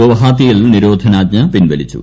ഗുവാഹത്തിയിൽ നിരോധനാജ്ഞ പിൻവലിച്ചു